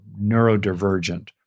neurodivergent